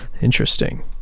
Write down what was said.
Interesting